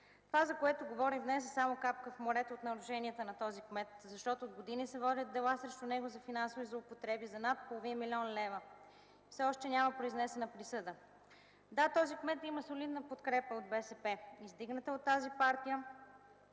Това, за което говоря днес, е само капка в морето за нарушенията на този кмет. От години се водят дела срещу него за финансови злоупотреби за над половин милион лева. Все още няма произнесена присъда. Да, този кмет има солидна подкрепа от БСП. Издигнат е от тази партия